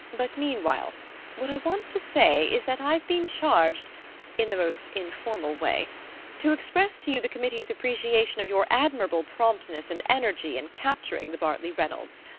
but meanwhile what i want to say is that i've been charged in the most informal way to express to you the committee's appreciation of your admirable promptness and energy in capturing the bartley reynolds.